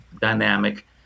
dynamic